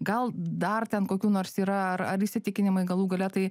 gal dar ten kokių nors yra ar įsitikinimai galų gale tai